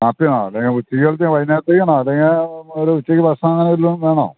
കാപ്പിയാണോ അല്ലെങ്കിൽ ഉച്ചയ്ക്കത്തേക്ക് ആണോ വൈകുന്നേരത്തേക്ക് ആണോ അല്ലെങ്കിൽ ഒരു ഉച്ചയ്ക്ക് ഭക്ഷണം അങ്ങനെ വല്ലതും വേണോ